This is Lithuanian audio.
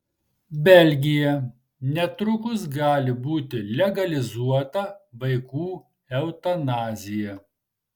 belgija netrukus gali būti legalizuota vaikų eutanazija